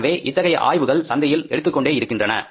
எனவே இத்தகைய ஆய்வுகள் சந்தையில் எடுத்துக் கொண்டே இருக்கின்றன